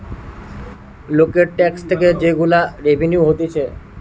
লোকের ট্যাক্স থেকে যে গুলা রেভিনিউ হতিছে